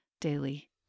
daily